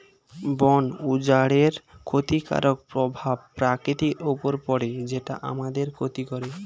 বন উজাড়ের ক্ষতিকারক প্রভাব প্রকৃতির উপর পড়ে যেটা আমাদের ক্ষতি করে